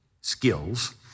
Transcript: skills